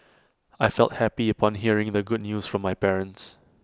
I felt happy upon hearing the good news from my parents